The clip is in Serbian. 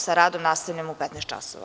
Sa radom nastavljamo u 15,00 časova.